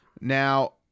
Now